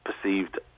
perceived